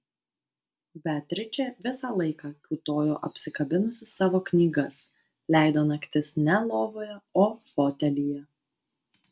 beatričė visą laiką kiūtojo apsikabinusi savo knygas leido naktis ne lovoje o fotelyje